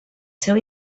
seu